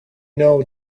know